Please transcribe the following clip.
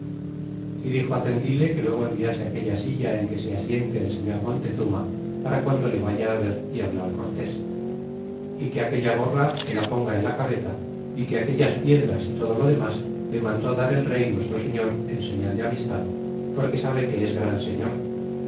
y dixo tendile que luego enviase aquella silla en que se asiente el señor montezuma para guando le vaya ver y hablar cortés y que aquella gorra que la ponga en la cabeza y que aquellas piedras y todo lo demas le mandó dar el rey nuestro señor en señal de amistad porque sabe que es gran señor